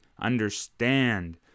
understand